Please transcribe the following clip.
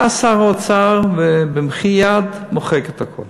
בא שר האוצר ובמחי יד מוחק את הכול.